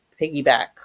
piggyback